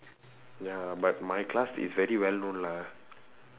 ya but my class is very well known lah